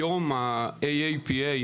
היום ה-AAPA,